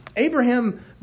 Abraham